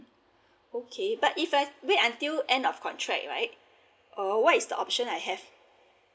okay but if I wait until end of contract right uh what is the option I have